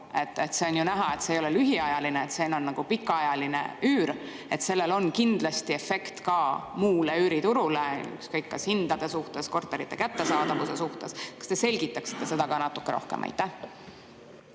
on? On ju näha, et see ei ole lühiajaline, see on pikaajaline üür, sellel on kindlasti efekt ka muule üüriturule, ükskõik, kas hindade suhtes või korterite kättesaadavuse suhtes. Kas te selgitaksite seda natuke rohkem? Aitäh!